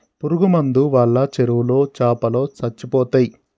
పురుగు మందు వాళ్ళ చెరువులో చాపలో సచ్చిపోతయ్